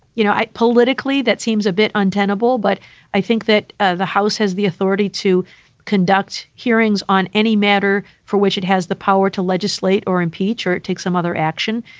you know, politically, that seems a bit untenable. but i think that ah the house has the authority to conduct hearings on any matter for which it has the power to legislate or impeach or take some other action.